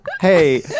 Hey